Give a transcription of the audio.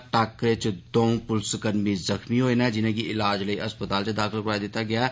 टाक्करे च दौं पुलसकर्मी जख्मी होए न जिनें'गी इलाज लेई अस्पताल च दाखल करोआई दित्ता गेदा ऐ